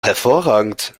hervorragend